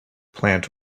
plant